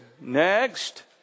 next